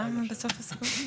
מה הסיכום?